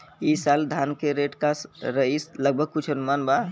ई साल धान के रेट का रही लगभग कुछ अनुमान बा?